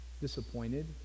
disappointed